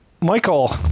Michael